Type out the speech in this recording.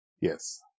Yes